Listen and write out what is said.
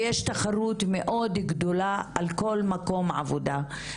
ויש תחרות מאוד גדולה על כל מקום עבודה.